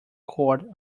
cord